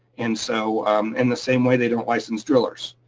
and so in the same way, they don't license drillers.